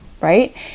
right